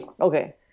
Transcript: okay